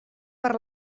per